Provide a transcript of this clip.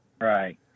Right